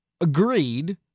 Agreed